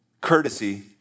Courtesy